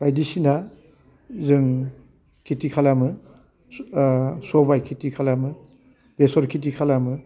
बायदिसिना जों खेथि खालामो सबाय खेथि खालामो बेसर खेथि खालामो